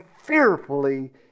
fearfully